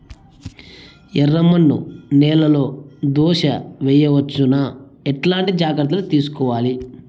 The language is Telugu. ఎర్రమన్ను నేలలో దోస వేయవచ్చునా? ఎట్లాంటి జాగ్రత్త లు తీసుకోవాలి?